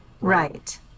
right